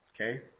Okay